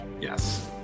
Yes